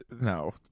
no